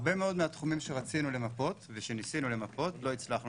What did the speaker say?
הרבה מהתחומים שרצינו למפות ושניסינו למפות לא הצלחנו